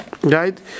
right